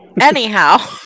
Anyhow